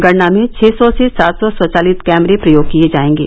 गणना में छह सौ से सात सौ स्वचालित कैमरे प्रयोग किये जायेंगे